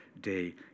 day